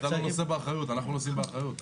אתה לא נושא באחריות, אנחנו נושאים באחריות.